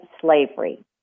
slavery